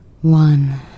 One